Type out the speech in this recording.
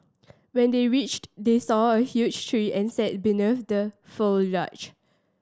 when they reached they saw a huge tree and sat beneath the